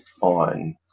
on